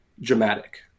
dramatic